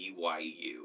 BYU